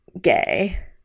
gay